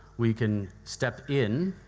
we can step in